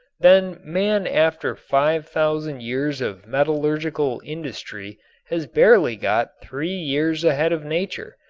then man after five thousand years of metallurgical industry has barely got three years ahead of nature,